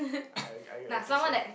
I I I'll think so